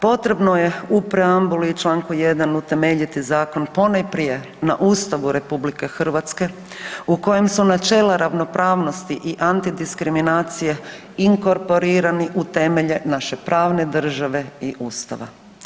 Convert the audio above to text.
Potrebno je u preambuli i u Članku 1. utemeljiti zakon ponajprije na Ustavu RH u kojem su načela ravnopravnosti i antidiskriminacije inkorporirani u temelje naše pravne države i Ustava.